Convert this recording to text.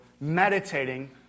meditating